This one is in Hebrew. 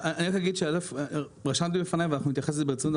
אני רק אגיד שרשמתי לפניי ואנחנו נתייחס לזה ברצינות.